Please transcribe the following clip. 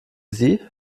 sie